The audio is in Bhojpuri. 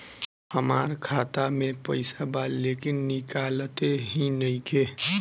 हमार खाता मे पईसा बा लेकिन निकालते ही नईखे?